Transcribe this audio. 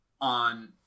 on